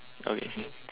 okay